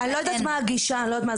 אני לא יודעת מה הגישה וכולי.